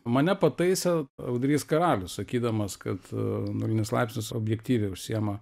mane pataisė audrys karalius sakydamas kad nulinis laipsnis objektyviai užsiima